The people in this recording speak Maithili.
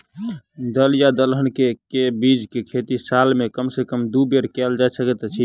दल या दलहन केँ के बीज केँ खेती साल मे कम सँ कम दु बेर कैल जाय सकैत अछि?